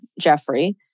Jeffrey